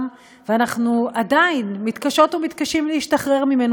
ואנחנו עדיין מתקשות ומתקשים להשתחרר ממנו.